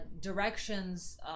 directions